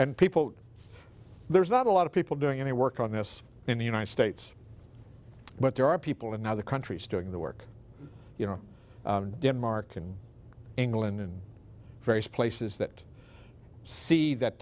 and people there's not a lot of people doing any work on this in the united states but there are people in other countries doing the work you know denmark and england and various places that see that